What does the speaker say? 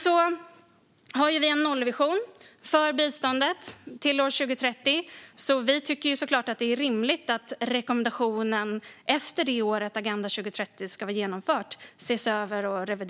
Vi har en nollvision för biståndet till år 2030, så vi tycker såklart att det är rimligt att se över och revidera rekommendationen året efter det att Agenda 2030 ska vara genomförd.